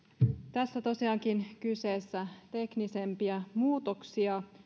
tässä on tosiaankin kyseessä teknisempiä muutoksia